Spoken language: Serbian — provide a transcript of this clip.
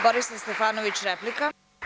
Borislav Stefanović, replika.